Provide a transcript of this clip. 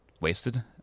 wasted